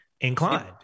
inclined